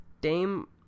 Dame